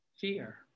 fear